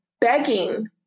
begging